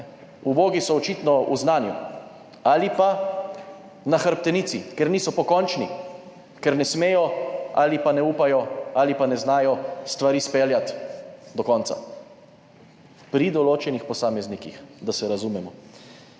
Ubogi so očitno v znanju, ali pa na hrbtenici, ker niso pokončni, ker ne smejo, ali pa ne upajo, ali pa ne znajo stvari izpeljati do konca pri določenih posameznikih, da se razumemo.